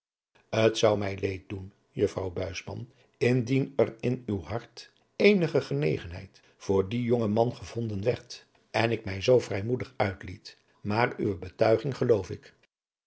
t zou mij leed doen juffrouw buisman indien er in uw hart eenige genegengeid voor dien jongman gevonden werd en ik mij zoo vrijmoedig uitliet maar uwe betuiging geloof ik